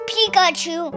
Pikachu